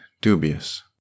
dubious